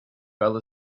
fell